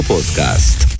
Podcast